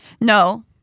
no